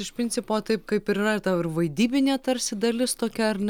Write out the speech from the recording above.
iš principo taip kaip ir yra tau ir vaidybinė tarsi dalis tokia ar ne